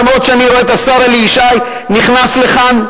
למרות שאני רואה את השר אלי ישי נכנס לכאן.